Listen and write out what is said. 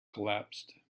collapsed